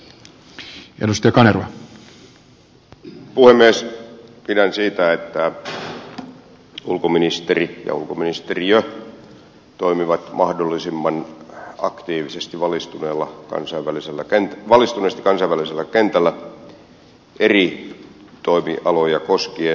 pidän siitä että ulkoministeri ja ulkoministeriö toimivat mahdollisimman aktiivisesti valistuneesti kansainvälisellä kentällä eri toimialoja koskien